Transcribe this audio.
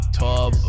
tub